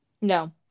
No